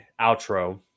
outro